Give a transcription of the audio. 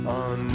on